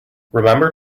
remember